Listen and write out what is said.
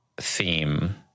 theme